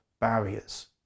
barriers